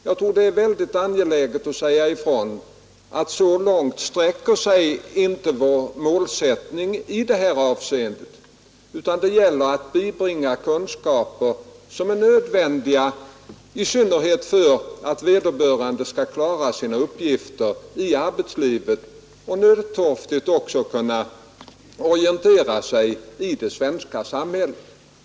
Jag tror det är angeläget att säga ifrån att så långt sträcker sig inte vår målsättning, utan det gäller att bibringa kunskaper som är nödvändiga i synnerhet för att vederböran de skall klara sina uppgifter i arbetslivet och nödtorftigt kunna orientera sig i det svenska samhället.